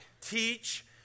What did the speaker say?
teach